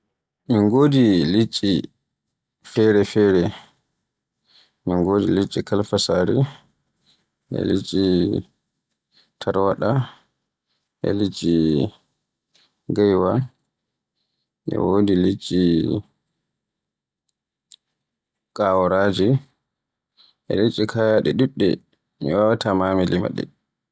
Min godi liɗɗi fere-fere min godi liɗɗi karfasaare, e liɗɗi tarwaɗa e liɗɗi gaiwa e liɗɗi kawaraaje e liɗɗi ɗuɗɗi mi wawaata ma mi limaaɗe.